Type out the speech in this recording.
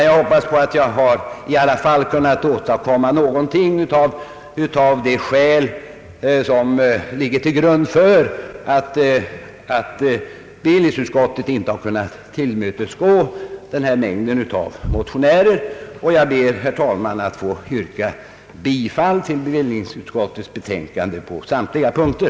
Jag hoppas att jag ändock kunnat presentera några av de skäl som bevillningsutskottet har för att avstyrka bifall till det antal motioner som väckts i detta ärende. Jag ber, herr talman, att få yrka bifall till bevillningsutskottets hemställan på samtliga punkter.